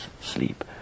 sleep